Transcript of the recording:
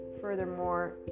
furthermore